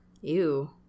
Ew